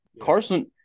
Carson